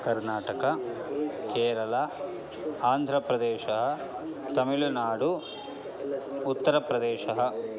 कर्नाटक केरला आन्ध्रप्रदेशः तमिलुनाडु उत्तरप्रदेशः